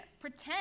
pretend